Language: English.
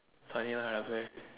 so i need to learn how to play